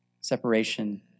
separation